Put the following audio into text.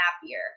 happier